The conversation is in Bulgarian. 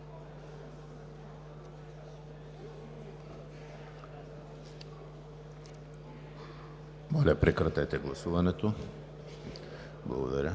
Благодаря.